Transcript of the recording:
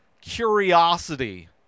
curiosity